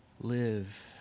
live